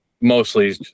mostly